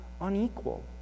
unequal